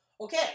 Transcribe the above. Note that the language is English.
okay